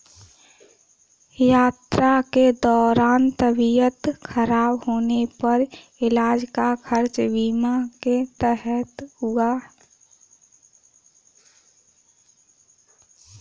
यात्रा के दौरान तबियत खराब होने पर इलाज का खर्च बीमा के तहत हुआ